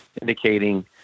indicating